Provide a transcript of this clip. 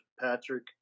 Patrick